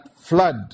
flood